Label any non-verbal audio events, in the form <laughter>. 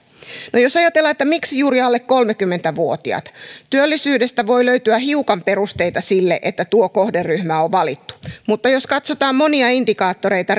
no jos ajatellaan että miksi juuri alle kolmekymmentä vuotiaat työllisyydestä voi löytyä hiukan perusteita sille että tuo kohderyhmä on valittu mutta jos katsotaan monia indikaattoreita <unintelligible>